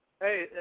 Hey